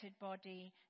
body